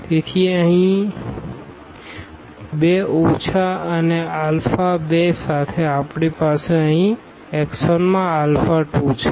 તેથી અહીં 2 ઓછા અને આલ્ફા 2 સાથે આપણી પાસે અહીં x 1 માં આલ્ફા 2 છે